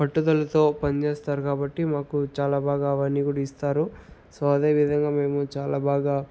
పట్టుదలతో పని చేస్తారు కాబట్టి మాకు చాలా బాగా అవన్నీ కూడా ఇస్తారు సో అదే విధంగా మేము చాలా బాగా